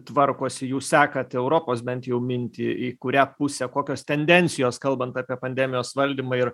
tvarkosi jūs sekat europos bent jau mintį į kurią pusę kokios tendencijos kalbant apie pandemijos valdymą ir